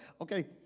Okay